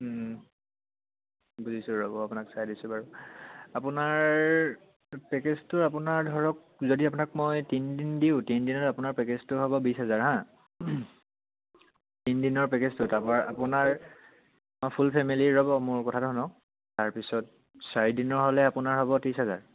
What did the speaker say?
বুজিছোঁ ৰ'ব আপোনাক চাই দিছোঁ বাৰু আপোনাৰ পেকেজটো আপোনাৰ ধৰক যদি আপোনাক মই তিনিদিন দিওঁ তিনিদিনত আপোনাৰ পেকেজটো হ'ব বিছ হাজাৰ হা তিনিদিনৰ পেকেজটো তাৰপৰা আপোনাৰ মই ফুল ফেমিলি ৰ'ব মোৰ কথাটো শুনক তাৰপিছত চাৰিদিনৰ হ'লে আপোনাৰ হ'ব ত্ৰিছ হাজাৰ